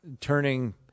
turning